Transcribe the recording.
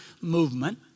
movement